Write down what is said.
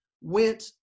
went